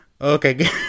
Okay